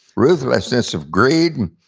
ruthlessness of greed,